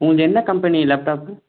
உங்களது என்ன company laptop